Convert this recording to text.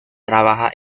trabaja